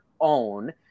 own